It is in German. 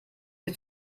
die